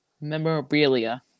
memorabilia